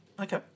Okay